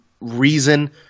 reason